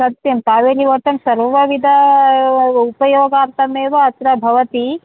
सत्यं पाावनार्थं सर्वविध उपयोगार्थमेव अत्र भवति